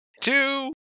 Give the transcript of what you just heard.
two